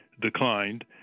declined